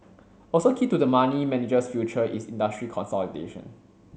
also key to the money manager's future is industry consolidation